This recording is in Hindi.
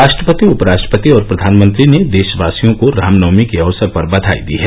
राष्ट्रपति उपराष्ट्रपति और प्रधानमंत्री ने देशवासियों को रामनवमी के अवसर पर बघाई दी है